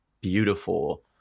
beautiful